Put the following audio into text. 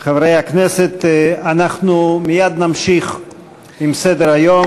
חברי הכנסת, אנחנו מייד נמשיך בסדר-היום.